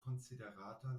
konsiderata